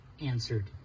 answered